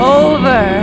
over